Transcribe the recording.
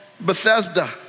Bethesda